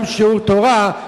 גם שיעורי תורה,